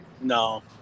No